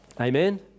Amen